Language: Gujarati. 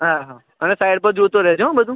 હા હા અને સાઈડ પર જોતો રહેજે હોં બધું